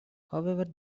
however